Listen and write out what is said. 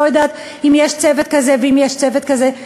לא יודעת אם יש צוות כזה ואם יש צוות כזה.